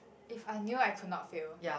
if I knew I could not fail